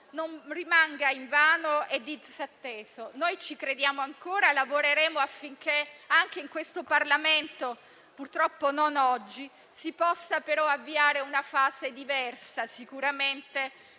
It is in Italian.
non rimanga vano e disatteso. Noi ci crediamo ancora e lavoreremo affinché anche in questo Parlamento, purtroppo non oggi, si possa avviare una fase diversa, con